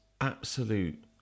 absolute